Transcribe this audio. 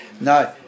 no